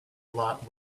lot